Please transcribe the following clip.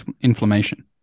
inflammation